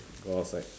go outside